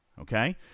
okay